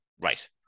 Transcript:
Right